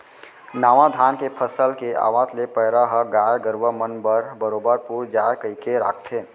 नावा धान के फसल के आवत ले पैरा ह गाय गरूवा मन बर बरोबर पुर जाय कइके राखथें